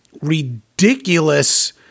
ridiculous